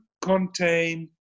contain